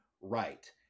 right